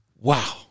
Wow